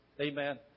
Amen